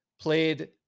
played